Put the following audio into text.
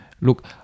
Look